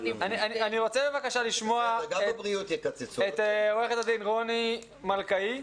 אני רוצה בבקשה לשמוע את עו"ד רוני מלכאי,